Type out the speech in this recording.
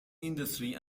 industry